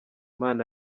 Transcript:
man